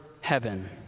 heaven